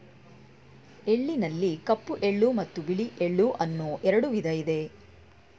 ಎಳ್ಳಿನಲ್ಲಿ ಕಪ್ಪು ಎಳ್ಳು ಮತ್ತು ಬಿಳಿ ಎಳ್ಳು ಅನ್ನೂ ಎರಡು ವಿಧ ಇದೆ